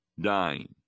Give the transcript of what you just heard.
dying